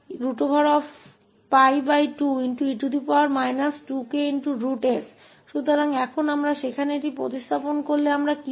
तो अब हम इसे वहां स्थानापन्न कर सकते हैं और हमें क्या मिलेगा